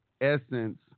Essence